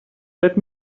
let